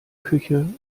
küche